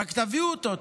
רק תביאו אותו,